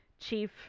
chief